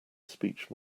speech